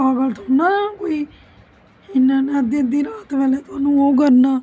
पागल थोह्ड़ी ना कोई इन्ना इना दिंदे पैहले थुहानू पैहले ओह् करना